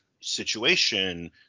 situation